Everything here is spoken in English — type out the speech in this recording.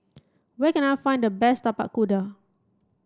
where can I find the best Tapak Kuda